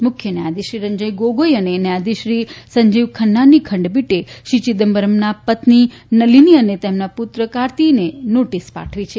મુખ્ય ન્યાયાધીશશ્રી રંજન ગોગોઇ અને ન્યાયાધીશશ્રી સંજીવ ખમ્માની ખંડપીઠે શ્રી ચિદમ્બરમનાં પત્ની નલીની અને તેના પુત્ર કારતીને નોટીસ પાઠવી છે